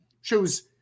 shows